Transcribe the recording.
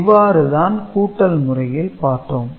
இவ்வாறு தான் கூட்டல் முறையில் பார்த்தோம்